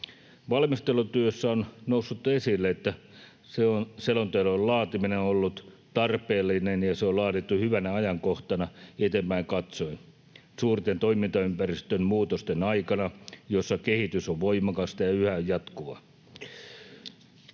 Valmistelutyössä on noussut esille, että selonteon laatiminen on ollut tarpeellista ja se on laadittu hyvänä ajankohtana eteenpäin katsoen, suurten toimintaympäristön muutosten aikana, jossa kehitys on voimakasta ja yhä jatkuvaa.